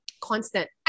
constant